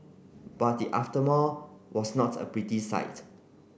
but the aftermath was not a pretty sight